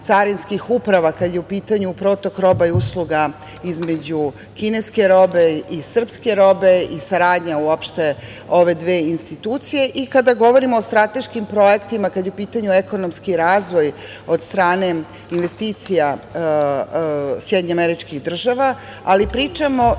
carinskih uprava, kad je u pitanju protok roba i usluga između kineske robe i srpske robe i saradnja ove dve institucije. Kada govorimo o strateškim projektima kada je u pitanju ekonomski razvoj od strane investicija SAD, ali pričamo